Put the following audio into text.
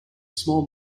small